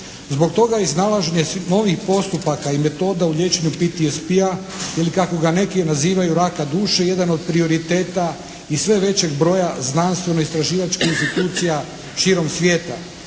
Zbog toga iznalaženje novih postupaka i metoda u liječenju PTSP-a ili kako ga neki nazivaju "raka duše" jedan od prioriteta i sve većeg broja znanstveno-istraživačkih institucija širom svijeta.